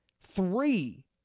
three